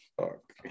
fuck